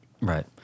Right